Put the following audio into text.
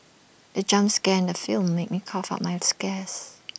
the jump scare in the film made me cough out my